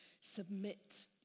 Submit